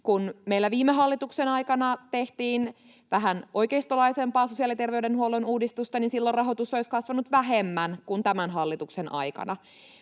Kun meillä viime hallituksen aikana tehtiin vähän oikeistolaisempaa sosiaali- ja terveydenhuollon uudistusta, silloin rahoitus olisi kasvanut vähemmän kuin tämän hallituksen aikana.